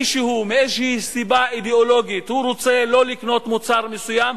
מישהו מאיזושהי סיבה אידיאולוגית רוצה לא לקנות מוצר מסוים,